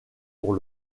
pour